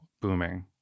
booming